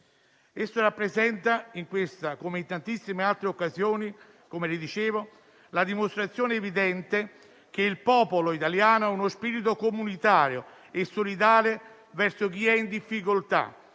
Esso rappresenta, in questa come in tantissime altre occasioni, la dimostrazione evidente che il popolo italiano ha uno spirito comunitario e solidale verso chi è in difficoltà